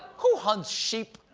who hunts sheep